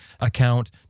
account